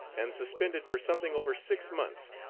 and suspended for something over six months,